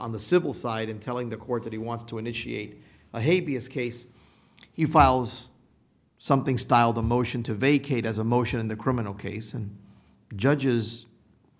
on the civil side in telling the court that he wants to initiate a hate b s case he files something styled a motion to vacate as a motion in the criminal case and judges